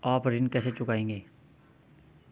आप ऋण कैसे चुकाएंगे?